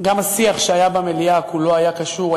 גם השיח שהיה במליאה לא היה קשור,